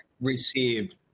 received